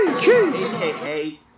aka